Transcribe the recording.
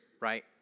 right